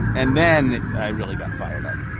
and then i really got fired up